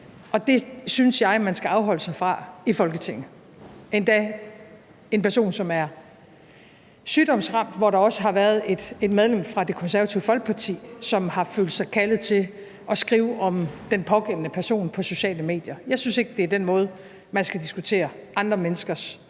og det synes jeg man skal afholde sig fra i Folketinget – endda en person, som er sygdomsramt, og hvor der også har været et medlem fra Det Konservative Folkeparti, som har følt sig kaldet til at skrive om den pågældende person på sociale medier. Jeg synes ikke, det er den måde, man skal diskutere andre menneskers